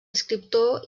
escriptor